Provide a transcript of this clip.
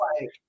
like-